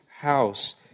house